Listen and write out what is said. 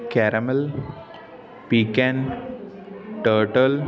ਕੈਰਾਮਿਲ pecan turtle